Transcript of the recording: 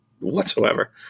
whatsoever